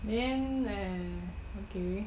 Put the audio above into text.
then uh okay